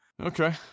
Okay